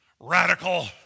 radical